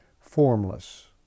formless